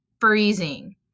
freezing